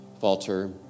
falter